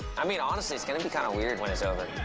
i mean honestly, it's gonna be kind of weird when it's over.